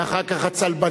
ואחר כך הצלבנים,